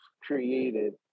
created